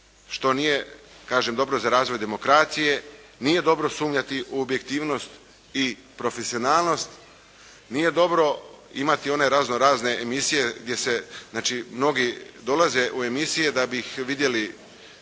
što nije dobro za razvoj demokracije, nije dobro sumnjati u objektivnost i profesionalnost, nije dobro imati one razno razne emisije gdje se znači mnogi dolaze u emisije da bi ih vidjeli